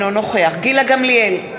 אינו נוכח גילה גמליאל,